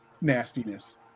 nastiness